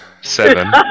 Seven